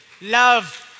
Love